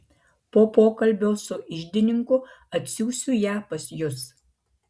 po pokalbio su iždininku atsiųsiu ją pas jus